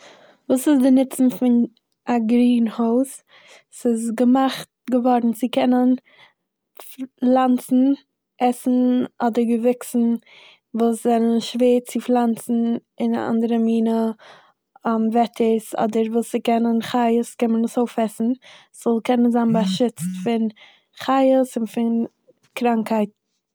וואס איז די נוצן פון א גרינהויז? ס'איז געמאכט געווארן צו קענען פ- לאנצן עסן אדער געוויקסן וואס זענען שווער צו פלאנצן אין א אנדערע מינע וועטערס, אדער וואס ס'קענען חיות קומען עס אויפעסן, ס'זאל קענען זיין באשיצט פון חיות און פון קראנקייט.